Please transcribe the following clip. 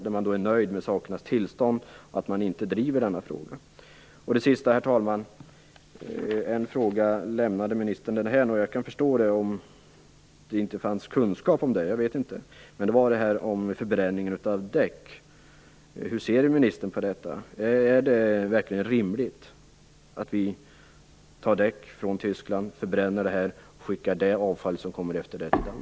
Man tycks vara nöjd med sakernas tillstånd och driver inte frågan. Herr talman! En fråga lämnade ministern därhän, vilket jag kan förstå om hon saknar kunskap om den, nämligen förbränningen av däck. Hur ser ministern på detta? Är det verkligen rimligt att vi tar emot och förbränner däck från Tyskland för att sedan skicka avfallet till Danmark?